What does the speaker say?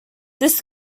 this